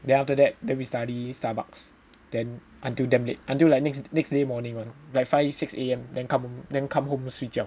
then after that then we study Starbucks then until damn late until like next next day morning one like five six A_M then come then come home 睡觉